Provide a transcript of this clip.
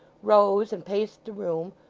rose and paced the room,